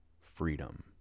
freedom